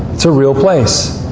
it's a real place.